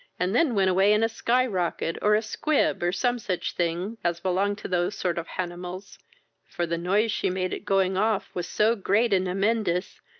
and then went away in a sky-rocket, or a squib, or some such thing, as belong to those sort of hanimals for the noise she made at going off was so great and amendous,